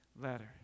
letter